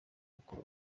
bakora